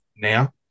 now